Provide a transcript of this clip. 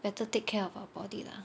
better take care of our body lah